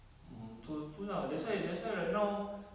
mm betul itu lah that's why that's why right now